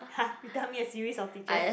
!huh! you tell me a series of teachers